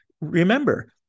remember